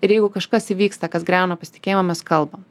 ir jeigu kažkas įvyksta kas griauna pasitikėjimą mes kalbam